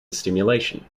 stimulation